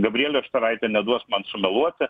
gabrielė štaraitė neduos man sumeluoti